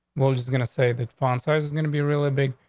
we'll just going to say that font size is gonna be really big.